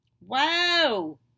Wow